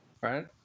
right